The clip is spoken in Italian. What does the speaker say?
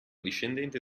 discendente